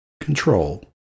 Control